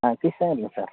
ஆ கிஸ்னாயில் இல்லை சார்